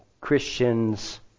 Christians